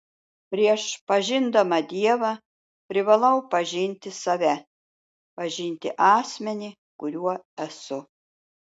prieš pažindama dievą privalau pažinti save pažinti asmenį kuriuo esu